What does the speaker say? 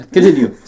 Continue